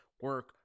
Work